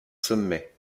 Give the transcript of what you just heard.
sommet